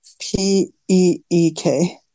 P-E-E-K